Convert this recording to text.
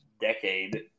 decade